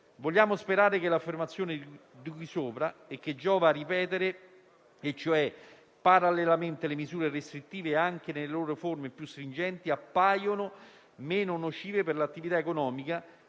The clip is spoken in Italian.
Vogliamo sperare che l'affermazione di cui sopra - e che giova ripetere - ossia che parallelamente le misure restrittive, anche nelle loro forme più stringenti, appaiono meno nocive per l'attività economica,